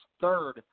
third